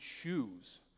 choose